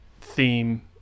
theme